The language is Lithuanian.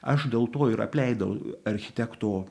aš dėl to ir apleidau architekto